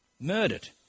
murdered